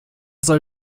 soll